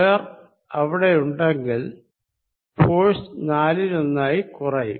square അവിടെയുണ്ടെങ്കിൽ force നാലിലൊന്നായി കുറയും